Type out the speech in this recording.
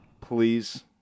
please